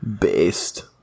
based